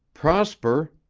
prosper,